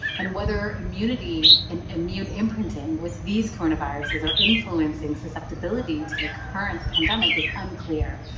and whether immunity and immune imprinting with these coronaviruses are influencing susceptibility to the current pandemic is unclear,